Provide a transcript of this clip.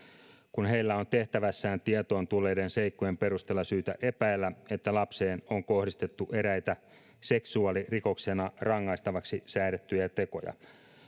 kun heillä on tehtävässään tietoon tulleiden seikkojen perusteella syytä epäillä että lapseen on kohdistettu eräitä seksuaalirikoksena rangaistavaksi säädettyjä tekoja